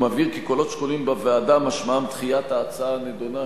ומבהיר כי קולות שקולים בוועדה משמעם דחיית ההצעה הנדונה,